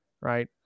right